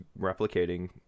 replicating